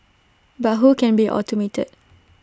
but who can be automated